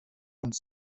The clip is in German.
und